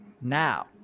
now